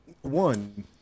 one